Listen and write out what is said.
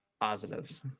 positives